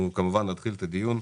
אנחנו כמובן נתחיל את הדיון.